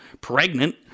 pregnant